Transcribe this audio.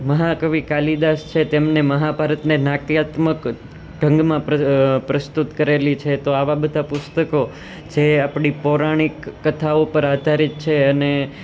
મહાકવિ કાલિદાસ છે તેમણે મહાભારતને નાટ્યાત્મક ઢંગમાં પ્ર પ્રસ્તુત કરેલી છે તો આવ બધા પુસ્તકો જે આપણી પૌરાણિક કથાઓ પર આધારિત છે અને